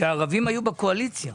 כשהערבים היו בקואליציה.